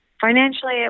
financially